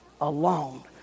alone